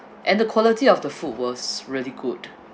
and the quality of the food was really good